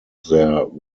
their